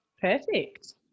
Perfect